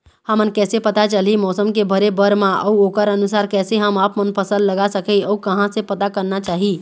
हमन कैसे पता चलही मौसम के भरे बर मा अउ ओकर अनुसार कैसे हम आपमन फसल लगा सकही अउ कहां से पता करना चाही?